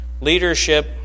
Leadership